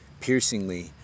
piercingly